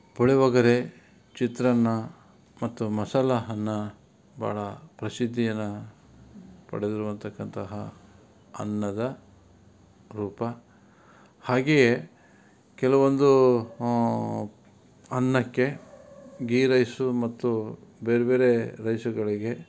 ಪುಳಿಯೋಗರೆ ಚಿತ್ರಾನ್ನ ಮತ್ತು ಮಸಾಲ ಅನ್ನ ಬಹಳ ಪ್ರಸಿದ್ಧಿಯನ್ನು ಪಡೆದಿರುವಂಥಕ್ಕಂತಹ ಅನ್ನದ ರೂಪ ಹಾಗೆಯೇ ಕೆಲವೊಂದು ಅನ್ನಕ್ಕೆ ಗೀ ರೈಸು ಮತ್ತು ಬೇರ್ಬೇರೆ ರೈಸುಗಳಿಗೆ